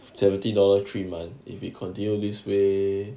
seventy dollar three month if you continue this way